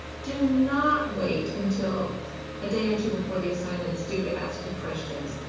do not wait until a day or two before the assignment is due to ask your questions.